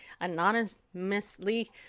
anonymously